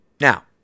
Now